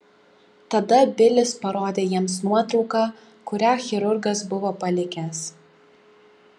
tada bilis parodė jiems nuotrauką kurią chirurgas buvo palikęs